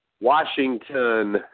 Washington